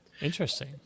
Interesting